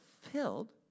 filled